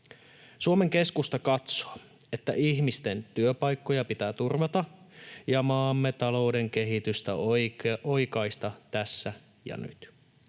Suomen keskusta katsoo, että ihmisten työpaikkoja pitää turvata ja maamme talouden kehitystä oikaista tässä ja nyt.